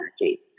energy